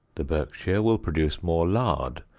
the berkshire will produce more lard,